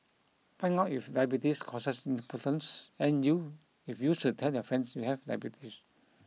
find out if diabetes causes impotence and you if you should tell your friends you have diabetes